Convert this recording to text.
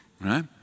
right